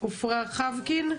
עפרה חבקין,